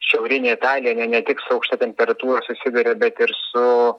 šiaurinė italija ne ne tik aukšta temperatūra susiduria bet ir su